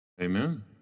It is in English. amen